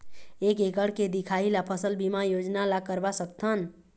एक एकड़ के दिखाही ला फसल बीमा योजना ला करवा सकथन?